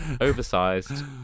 Oversized